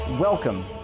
Welcome